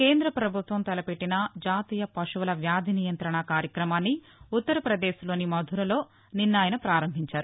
కేంద్రపభుత్వం తలపెట్టిన జాతీయ పశువుల వ్యాధి నియంతణ కార్యక్రమాన్ని ఉత్తరప్రదేశ్లోని మధురలో నిన్న ఆయన ప్రారంభించారు